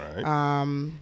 Right